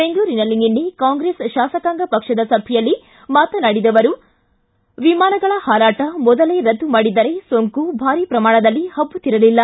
ಬೆಂಗಳೂರಿನಲ್ಲಿ ನಿನ್ನೆ ಕಾಂಗ್ರೆಸ್ ಶಾಸಕಾಂಗ ಪಕ್ಷದ ಸಭೆಯಲ್ಲಿ ಮಾತನಾಡಿದ ಅವರು ವಿಮಾನಗಳ ಹಾರಾಟ ಮೊದಲೇ ರದ್ದು ಮಾಡಿದ್ದರೆ ಸೋಂಕು ಭಾರಿ ಪ್ರಮಾಣದಲ್ಲಿ ಪಬ್ಬುತ್ತಿರಲಿಲ್ಲ